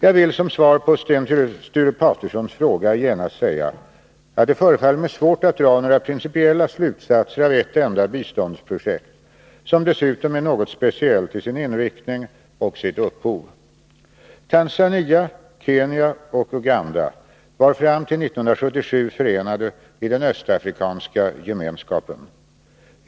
Jag vill som svar på Sten Sture Patersons fråga genast säga att det förefaller mig svårt att dra några principiella slutsatser av ett enda biståndsprojekt som dessutom är något speciellt till sin inriktning och sitt upphov. Tanzania, Kenya och Uganda var fram till 1977 förenade i den Östafrikanska gemenskapen.